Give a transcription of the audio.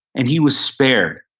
and he was spared.